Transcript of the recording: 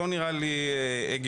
לא נראה לי הגיוני.